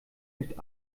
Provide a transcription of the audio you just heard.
nicht